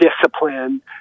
discipline